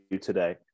today